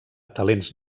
talents